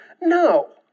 No